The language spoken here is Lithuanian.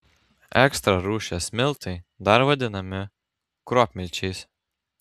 ekstra rūšies miltai dar vadinami kruopmilčiais